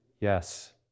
Yes